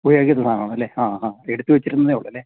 ഉപയോഗിക്കാത്ത സാധനം ആണല്ലേ ആ ആ എടുത്തുവച്ചിരുന്നെന്നേ ഉള്ളൂ അല്ലേ